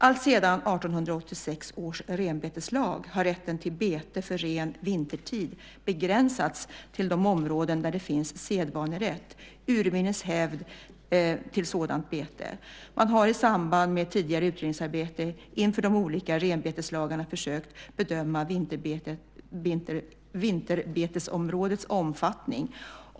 Alltsedan 1886 års renbeteslag har rätten till bete för ren vintertid begränsats till de områden där det finns sedvanerätt, urminnes hävd, till sådant bete. Man har i samband med tidigare utredningsarbete inför de olika renbeteslagarna försökt bedöma vinterbetesområdets omfattning.